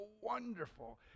wonderful